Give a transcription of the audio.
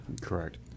correct